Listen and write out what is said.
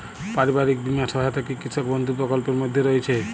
পারিবারিক বীমা সহায়তা কি কৃষক বন্ধু প্রকল্পের মধ্যে রয়েছে?